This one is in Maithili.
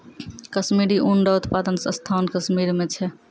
कश्मीरी ऊन रो उप्तादन स्थान कश्मीर मे छै